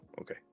okay